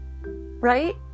right